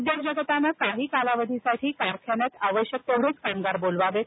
उद्योग जगतानं काही कालावधीसाठी कारखान्यात आवश्यक तेवढेच कामगार बोलवावेत